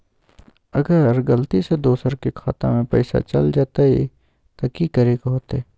अगर गलती से दोसर के खाता में पैसा चल जताय त की करे के होतय?